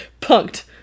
Punked